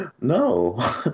no